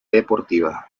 deportiva